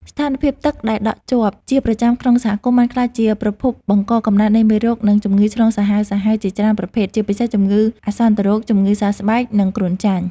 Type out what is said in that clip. ស្ថានភាពទឹកដែលដក់ជាប់ជាប្រចាំក្នុងសហគមន៍បានក្លាយជាប្រភពបង្កកំណើតនៃមេរោគ និងជំងឺឆ្លងសាហាវៗជាច្រើនប្រភេទ ជាពិសេសជំងឺអាសន្នរោគ ជំងឺសើស្បែក និងគ្រុនចាញ់។